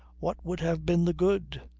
what would have been the good?